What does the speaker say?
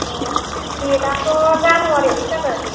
अ डेटआथ' जानुवारियावसो जागोन